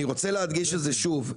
אני רוצה להדגיש את זה שוב: